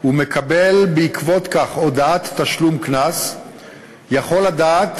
ומקבל בעקבות כך הודעת תשלום קנס יכול לדעת